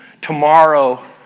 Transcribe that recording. tomorrow